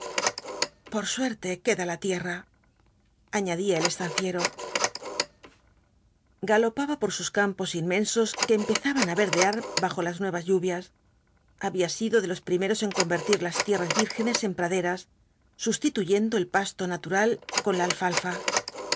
por suerte queda la tierra añadía el estanciero galopaba por sus campos inmensos que empezaban á rerdear bajo las nuevas lluvias había sido de los primeros en convertir las tierras vírgenes en praderas sustituyendo el pasto natural con la alfalfa